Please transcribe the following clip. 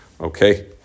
Okay